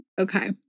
Okay